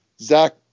Zach